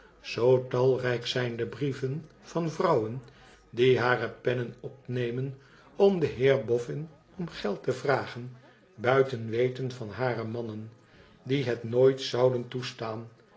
zoo talrijk zijn de brieven van vrouwen die hare pennen opnemen om den heer boffin om geld te vragen buiten weten van hare mannen die het nooit zouden toestaan